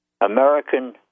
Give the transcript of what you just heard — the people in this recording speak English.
American